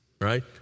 right